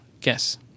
Guess